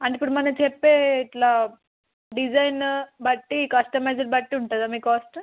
అంటే ఇప్పుడు మన చెప్పే ఇట్లా డిజైన్ బట్టి కస్టమైజ్డ్ బట్టి ఉంటుందా మీ కాస్ట్